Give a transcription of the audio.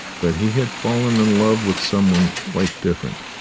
but he had fallen in love with some one quite different,